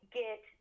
get